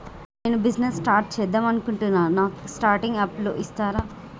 నేను business start చేద్దామనుకుంటున్నాను నాకు స్టార్టింగ్ అప్ లోన్ ఇస్తారా?